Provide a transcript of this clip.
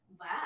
Wow